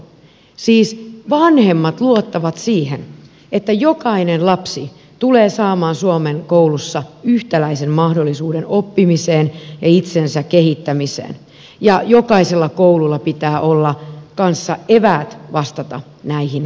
siis vanhemmat luottavat siihen että jokainen lapsi tulee saamaan suomen koulussa yhtäläisen mahdollisuuden oppimiseen ja itsensä kehittämiseen ja jokaisella koululla pitää olla kanssa eväät vastata näihin haasteisiin